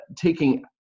taking